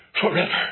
forever